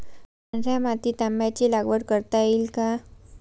पांढऱ्या मातीत आंब्याची लागवड करता येईल का?